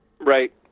Right